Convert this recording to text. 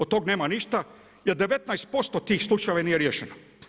O tog nema ništa, jer 19% tih slučajeva nije riješeno.